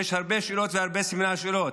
יש הרבה שאלות והרבה סימני שאלה.